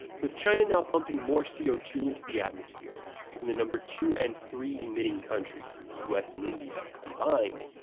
with china now pumping more c o two into the atmosphere than the number two and three emitting countries the us and india combined,